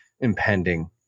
impending